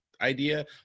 idea